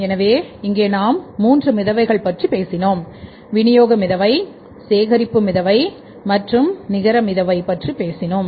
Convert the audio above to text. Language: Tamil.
எனவே இங்கே நாம் 3 மிதவைகள் பற்றி பேசுகிறோம் விநியோக மிதவை சேகரிப்பு மிதவை மற்றும் நிகர மிதவை பற்றி பேசுகிறோம்